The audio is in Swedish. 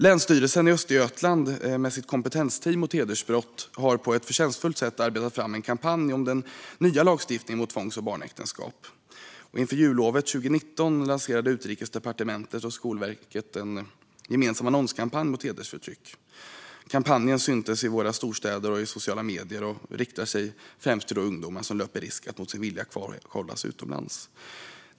Länsstyrelsen i Östergötland har med sitt kompetensteam mot hedersbrott på ett förtjänstfullt sätt arbetat fram en kampanj om den nya lagstiftningen mot tvångs och barnäktenskap. Inför jullovet 2019 lanserade Utrikesdepartementet och Skolverket en gemensam annonskampanj mot hedersförtryck. Kampanjen syntes i våra storstäder och i sociala medier och riktade sig främst till ungdomar som löper risk att mot sin vilja kvarhållas utomlands.